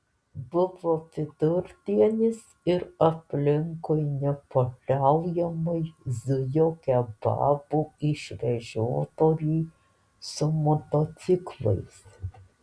buvo vidurdienis ir aplinkui nepaliaujamai zujo kebabų išvežiotojai su motociklais